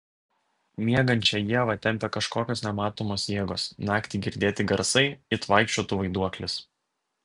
miegančią ievą tempia kažkokios nematomos jėgos naktį girdėti garsai it vaikščiotų vaiduoklis